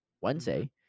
Wednesday